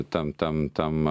tam tam tam